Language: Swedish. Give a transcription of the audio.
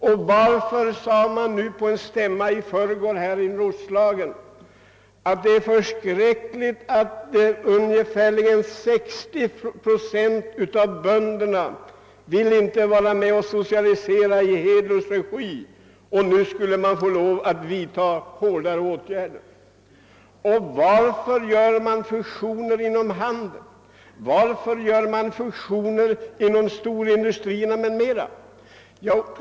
Och varför sade man på en stämma i förrgår i Roslagen att det är förskräckligt att ungefär 60 procent av bönderna inte vill vara med om att socialisera i herr Hedlunds regi och att man därför måste vidta hårdare åtgärder? Och varför gör man fusioner inom handel och storindustri?